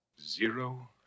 Zero